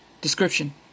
Description